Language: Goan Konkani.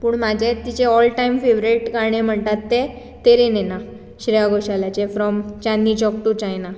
म्हाजें तिचें ऑल टायम फेवरेट गाणी म्हणटात तें तेरे नैना श्रेया घोशालाचें from Chandni Chowk to China